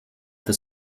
for